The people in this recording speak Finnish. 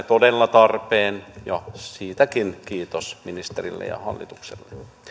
todella tarpeeseen ja siitäkin kiitos ministerille ja hallitukselle